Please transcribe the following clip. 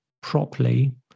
properly